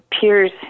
peers